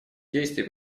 действий